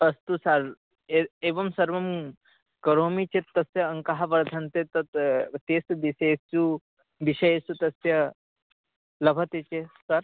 अस्तु सर् ए एवं सर्वं करोमि चेत् तस्य अङ्काः वर्धन्ते तत् टेस्ट् विषयेषु विषयेषु तस्य लभते चेत् सर्